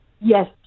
yes